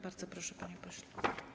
Bardzo proszę, panie pośle.